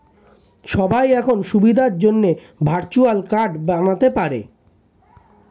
সবাই এখন সুবিধার জন্যে ভার্চুয়াল কার্ড বানাতে পারে